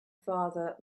father